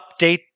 update